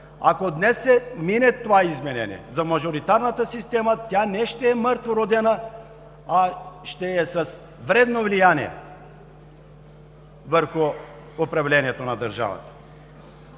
Ако днес мине това изменение за мажоритарната система, тя не ще е мъртвородена, а ще е с вредно влияние върху управлението на държавата.